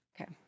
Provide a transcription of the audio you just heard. Okay